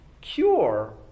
cure